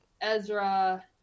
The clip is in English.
ezra